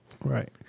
Right